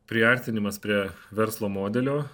priartinimas prie verslo modelio